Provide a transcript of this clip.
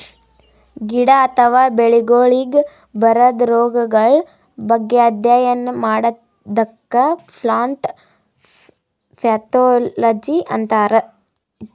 ಗಿಡ ಅಥವಾ ಬೆಳಿಗೊಳಿಗ್ ಬರದ್ ರೊಗಗಳ್ ಬಗ್ಗೆ ಅಧ್ಯಯನ್ ಮಾಡದಕ್ಕ್ ಪ್ಲಾಂಟ್ ಪ್ಯಾಥೊಲಜಿ ಅಂತರ್